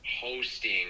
hosting